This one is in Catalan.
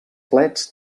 plets